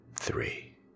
three